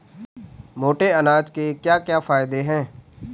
मोटे अनाज के क्या क्या फायदे हैं?